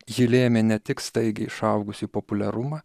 ji lėmė ne tik staigiai išaugusį populiarumą